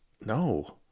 No